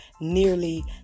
nearly